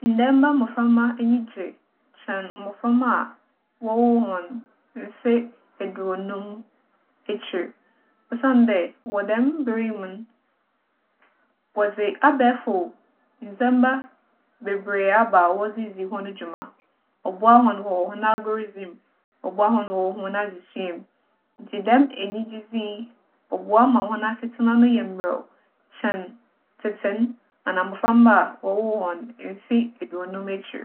Ndaamba mboframba enyi gye kyɛn mboframba a wͻwoo hͻn mfe eduonum ekyir, osiandɛ wͻ dɛm mber yi mu no, wͻdze abaefor ndzɛmba beberee aba a wͻdze dzi hͻn dwuma. ͻboa hͻn wͻ hͻn agordzi mu, ͻboa hͻn wͻ hͻn adzesua mu. Ntsi dɛ enyigyedze yi, ͻboa ma hͻn asetsena no yɛ mberɛw kyɛn tsetse no, anaa mboframba a wͻwoo hͻn mfe eduonum ekyir.